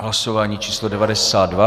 Hlasování číslo 92.